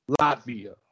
Latvia